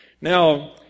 Now